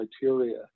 criteria